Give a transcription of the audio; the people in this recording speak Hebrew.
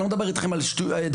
אני לא מדבר איתכם על דברים,